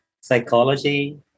psychology